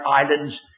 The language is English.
islands